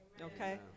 Okay